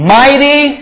mighty